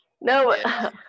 No